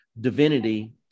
divinity